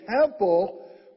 temple